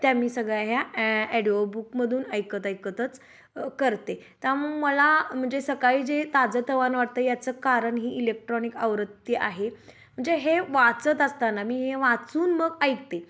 त्या मी सगळ्या ह्या ॲ ॲडिओ बुक मधून ऐकत ऐकतच करते त्या मंग मला म्हणजे सकाळी जे ताजंतवान वाटतं याचं कारण ही इलेक्ट्रॉनिक आवृत्ती आहे म्हणजे हे वाचत असताना मी हे वाचून मग ऐकते